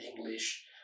English